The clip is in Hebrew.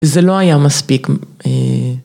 זה לא היה מספיק.